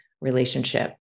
relationship